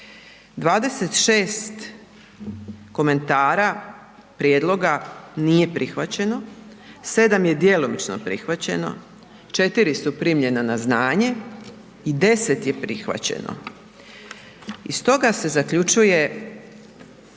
26 komentara, prijedloga nije prihvaćeno, 7 je djelomično prihvaćeno, 4 su primljena na znanje i 10 je prihvaćeno. Iz toga se zaključuje